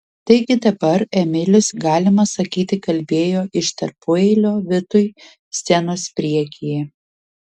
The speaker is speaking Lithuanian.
taigi dabar emilis galima sakyti kalbėjo iš tarpueilio vitui scenos priekyje